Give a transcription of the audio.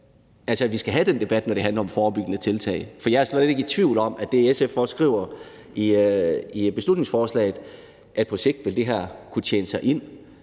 at vi skal have den debat, når det handler om forebyggende tiltag, for jeg er slet ikke i tvivl om, at det, SF også skriver i beslutningsforslaget, nemlig at projektet kan tjene sig ind,